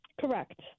Correct